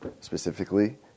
specifically